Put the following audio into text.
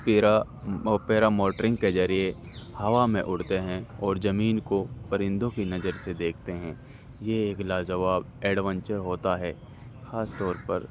پیرا اوپیرا موٹرنگ کے ذریعے ہوا میں اڑتے ہیں اور زمین کو پرندوں کی نظر سے دیکھتے ہیں یہ ایک لاجواب ایڈونچر ہوتا ہے خاص طور پر